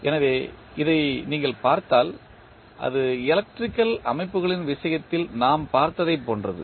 எனவே இதை நீங்கள் பார்த்தால் அது எலக்ட்ரிக்கல் அமைப்புகளின் விஷயத்தில் நாம் பார்த்ததைப் போன்றது